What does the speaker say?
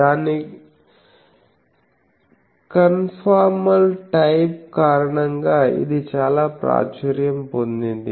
దాని conformal type కారణంగా ఇది చాలా ప్రాచుర్యం పొందింది